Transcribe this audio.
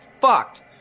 fucked